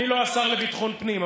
אני לא השר לביטחון פנים,